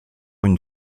une